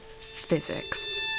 physics